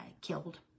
killed